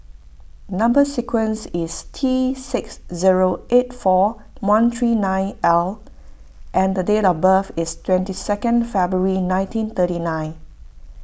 Number Sequence is T six zero eight four one three nine L and the date of birth is twenty second February nineteen thirty nine